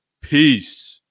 Peace